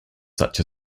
such